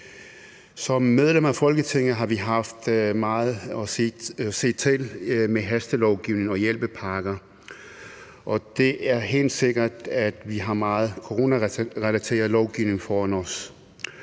Som medlemmer af Folketinget har vi haft meget at se til med hastelovgivning og hjælpepakker, og det er helt sikkert, at vi har meget coronarelateret lovgivning foran os.